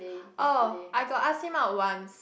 oh I got ask him out once